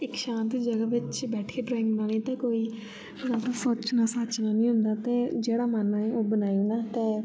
इक शान्त जगहा बिच्च बैठिये ड्राइंग बनानी ते कोई सनोचना सनाचना नी होंदा ते जेह्ड़ा मन होवै ओह् बनाई ओड़ना ते